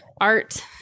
art